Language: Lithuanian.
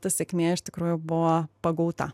ta sėkmė iš tikrųjų buvo pagauta